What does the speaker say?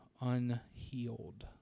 unhealed